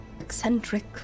Eccentric